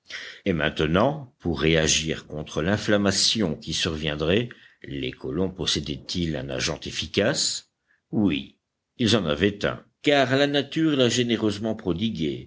et maintenant pour réagir contre l'inflammation qui surviendrait les colons possédaient ils un agent efficace oui ils en avaient un car la nature l'a généreusement prodigué